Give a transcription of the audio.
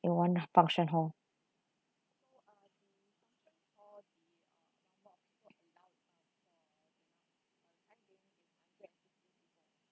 in one function hall